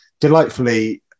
delightfully